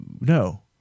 No